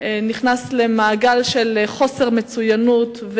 ולמעגל של חוסר מצוינות,